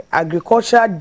agriculture